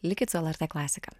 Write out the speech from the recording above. likit su lrt klasika